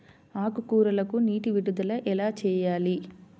ఆకుకూరలకు నీటి విడుదల ఎలా చేయాలి?